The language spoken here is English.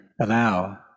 allow